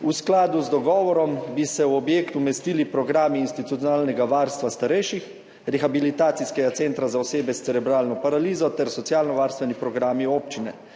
V skladu z dogovorom bi se v objekt umestili programi institucionalnega varstva starejših, rehabilitacijskega centra za osebe s cerebralno paralizo ter socialnovarstveni programi občine.